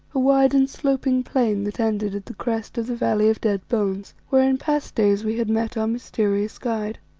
a wide and sloping plain that ended at the crest of the valley of dead bones, where in past days we had met our mysterious guide.